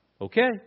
Okay